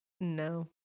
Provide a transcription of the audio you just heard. No